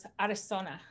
Arizona